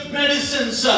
medicines